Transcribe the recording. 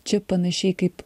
čia panašiai kaip